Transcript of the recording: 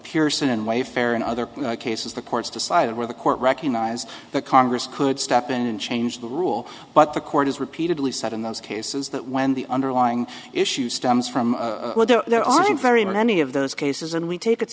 pearson and wayfarer and other cases the courts decided where the court recognized that congress could step in and change the rule but the court has repeatedly said in those cases that when the underlying issue stems from there there aren't very many of those cases and we take it